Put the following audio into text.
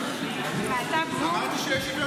מי?